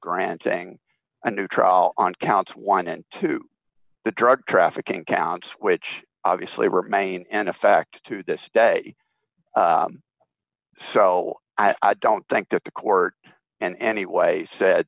granting a new trial on counts one and two the drug trafficking counts which obviously remain in effect to this day so i don't think that the court and any way said